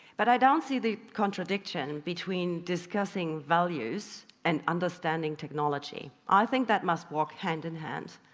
but i don't see the contradiction between discussing values and understanding technology. i think that must work hand in hand,